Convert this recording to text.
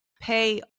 pay